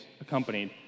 accompanied